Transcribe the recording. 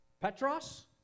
Petros